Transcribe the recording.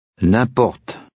n'importe